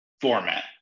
format